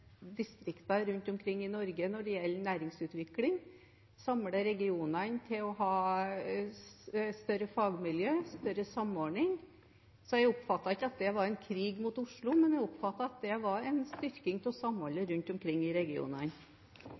distriktene rundt omkring i Norge på når det gjelder næringsutvikling, samle regionene til å ha større fagmiljø, større samordning. Så jeg oppfattet ikke at det var en krig mot Oslo, men en styrking av samholdet rundt omkring i regionene.